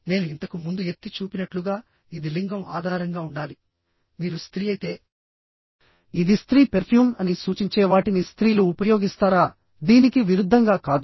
నేను ఇంతకు ముందు ఎత్తి చూపినట్లుగా ఇది లింగం ఆధారంగా ఉండాలి మీరు స్త్రీ అయితేఇది స్త్రీ పెర్ఫ్యూమ్ అని సూచించే వాటిని స్త్రీలు ఉపయోగిస్తారా దీనికి విరుద్ధంగా కాదు